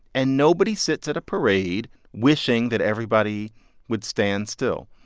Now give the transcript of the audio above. and nobody sits at a parade wishing that everybody would stand still.